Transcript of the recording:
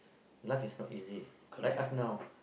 life is not easy like us now